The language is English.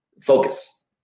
focus